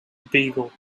beagle